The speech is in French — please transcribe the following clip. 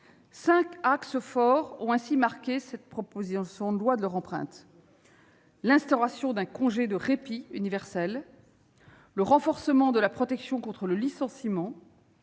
cinq axes forts ont marqué cette proposition de loi de leur empreinte : l'instauration d'un congé de « répit » universel ; le renforcement de la protection contre le licenciement